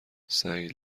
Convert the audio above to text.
سعید